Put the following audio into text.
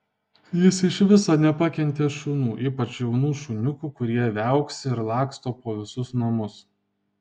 jis iš viso nepakentė šunų ypač jaunų šuniukų kurie viauksi ir laksto po visus namus